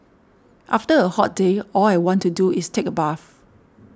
after a hot day all I want to do is take a bath